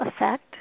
effect